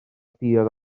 diod